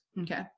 Okay